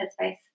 Headspace